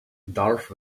darth